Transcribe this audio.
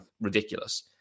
ridiculous